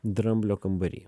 dramblio kambary